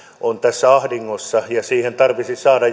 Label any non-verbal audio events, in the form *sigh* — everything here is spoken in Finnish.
on tässä ahdingossa ja siihen tarvitsisi saada *unintelligible*